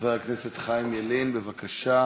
חבר הכנסת חיים ילין, בבקשה.